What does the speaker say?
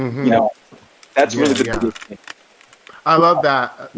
you know that's really the good thing. i love that,